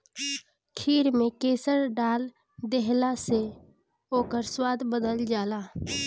खीर में केसर डाल देहला से ओकर स्वाद बढ़ जाला